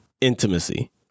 intimacy